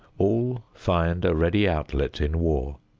all find a ready outlet in war.